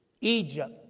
Egypt